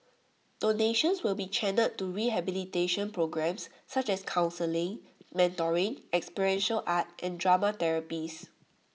donations will be channelled to rehabilitation programmes such as counselling mentoring experiential art and drama therapies